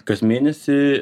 kas mėnesį